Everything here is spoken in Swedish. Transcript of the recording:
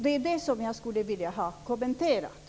Det är det jag skulle vilja ha kommenterat.